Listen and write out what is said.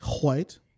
white